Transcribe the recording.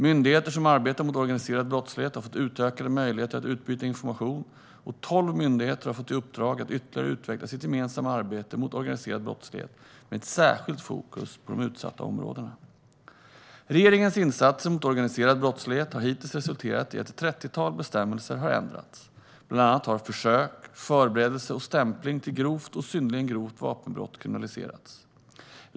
Myndigheter som arbetar mot organiserad brottslighet har fått utökade möjligheter att utbyta information, och tolv myndigheter har fått i uppdrag att ytterligare utveckla sitt gemensamma arbete mot organiserad brottslighet med ett särskilt fokus på utsatta områden. Regeringens insatser mot organiserad brottslighet har hittills resulterat i att ett trettiotal bestämmelser har ändrats. Bland annat har försök, förberedelse och stämpling till grovt och synnerligen grovt vapenbrott kriminaliserats.